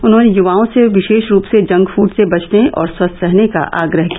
उन्हॉने युवाओं से विशेष रूप से जंक फूड से बचने और स्वस्थ रहने का आग्रह किया